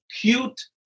cute